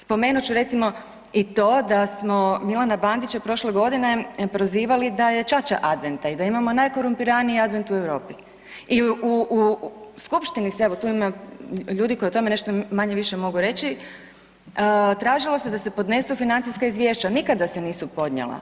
Spomenut ću recimo i to da smo Milana Bandića prošle godine prozivali da je „Ćaća Adventa“ i da imamo najkorumpiraniji Advent u Europi i u, u skupštini se evo tu ima ljudi koji o tome nešto manje-više mogu reći, tražilo se da se podnesu financijska izvješća, a nikada se nisu podnijela.